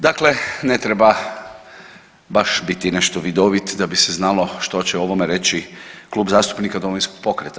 Dakle, ne treba baš biti nešto vidovit da bi se znalo što će o ovome reći Klub zastupnika Domovinskog pokreta.